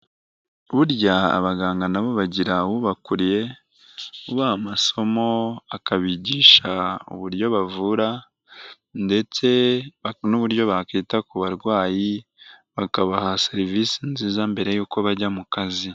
Burya abaganga na bo bagira ubakuriye ubaha masomo akabigisha uburyo bavura ndetse n'uburyo bakwita ku barwayi bakabaha serivisi nziza mbere y'uko bajya mu kazi.